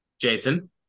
Jason